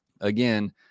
again